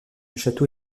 château